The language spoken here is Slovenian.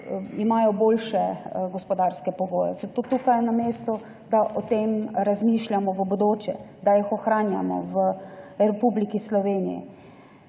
imajo boljše gospodarske pogoje. Zato je tukaj na mestu, da o tem razmišljamo v bodoče, da jih ohranjamo v Republiki Sloveniji.